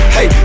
Hey